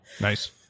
Nice